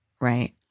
right